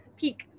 peak